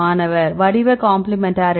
மாணவர் வடிவ கம்பிளிமெண்டரி